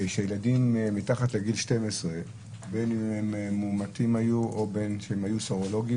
שילדים מתחת לגיל 12 בין אם הם היו מאומתים או סרולוגיים